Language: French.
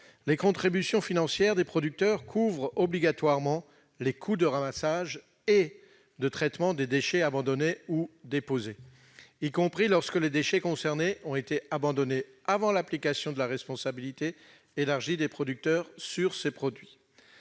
les contributions financières des producteurs doivent obligatoirement couvrir les coûts de ramassage et de traitement des déchets abandonnés ou déposés, y compris lorsque ces déchets ont été abandonnés avant l'application à ces produits de la responsabilité élargie des producteurs. Ainsi, les metteurs